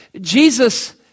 Jesus